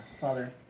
Father